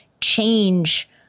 change